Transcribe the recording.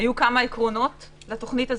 היו כמה עקרונות לתוכנית הזאת.